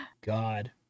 god